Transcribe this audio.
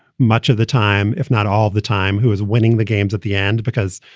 much of the time, if not all of the time, who is winning the games at the end? because,